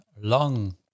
long